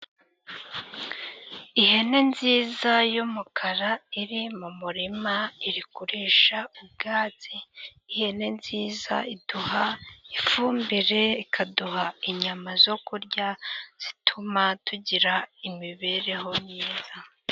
Ihene nziza y'umukara iri mu murima iri kurisha ubwatsi. Ihene nziza iduha ifumbire, ikaduha inyama zo kurya zituma tugira imibereho myiza.